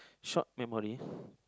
short memory